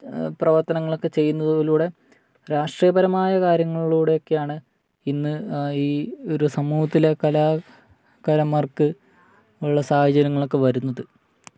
പ്രവർത്തനങ്ങളൊക്കെ ചെയ്യുന്നതിലൂടെ രാഷ്ട്രീയപരമായ കാര്യങ്ങളിലൂടെയൊക്കെയാണ് ഇന്ന് ഈ ഒരു സമൂഹത്തിലെ കലാകാരന്മാർക്കുള്ള സാഹചര്യങ്ങളൊക്കെ വരുന്നത്